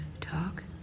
talk